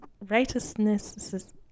righteousness